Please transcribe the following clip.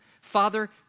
Father